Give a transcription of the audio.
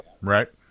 Right